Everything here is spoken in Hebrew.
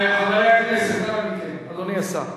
אדוני השר.